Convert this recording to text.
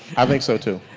i think so too.